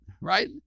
right